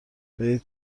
برید